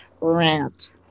rant